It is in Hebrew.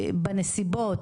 בנסיבות,